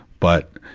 but,